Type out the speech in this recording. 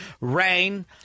rain